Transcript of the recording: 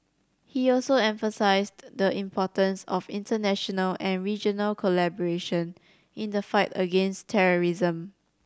he also emphasised the importance of international and regional collaboration in the fight against terrorism